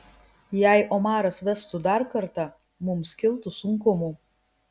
jei omaras vestų dar kartą mums kiltų sunkumų